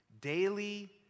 Daily